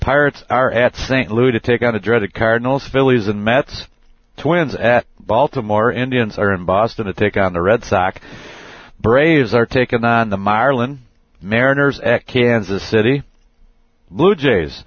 pirates are at st louis to take out the dreaded cardinals phillies and mets twins at baltimore indians are in boston to take on the red sox braves are taking on the marlin mariners at kansas city blue jays